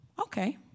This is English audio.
Okay